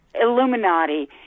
Illuminati